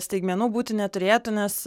staigmenų būti neturėtų nes